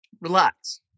Relax